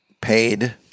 paid